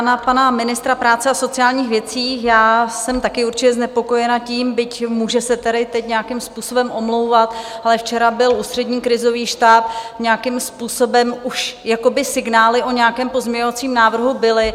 Na pana ministra práce a sociálních věcí: já jsem také určitě znepokojena tím, byť může se tady teď nějakým způsobem omlouvat, ale včera byl ústřední krizový štáb, nějakým způsobem už signály o nějakém pozměňovacím návrhu byly.